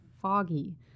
foggy